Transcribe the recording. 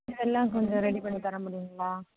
இதெல்லாம் கொஞ்சம் ரெடி பண்ணி தரமுடியுங்களா